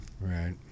right